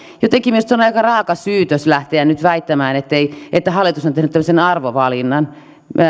niitä jotenkin minusta on aika raaka syytös lähteä nyt väittämään että hallitus on tehnyt tämmöisen arvovalinnan